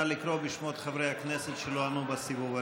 נא לקרוא בשמות חברי הכנסת שלא ענו בסיבוב הראשון.